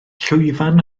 llwyfan